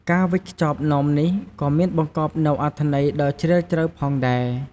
ការវេចខ្ចប់នំនេះក៏មានបង្កប់នូវអត្ថន័យដ៏ជ្រាលជ្រៅផងដែរ។